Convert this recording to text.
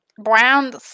brown